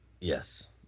Yes